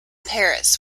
paris